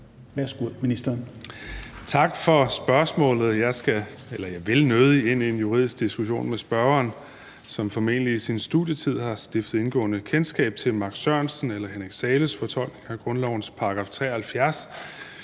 Dybvad Bek): Tak for spørgsmålet, og jeg vil nødig ind i en juridisk diskussion med spørgeren, som formentlig i sin studietid har stiftet indgående bekendtskab med Max Sørensen eller Henrik Zahles fortolkning af grundlovens § 73,